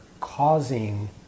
causing